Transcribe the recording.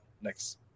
next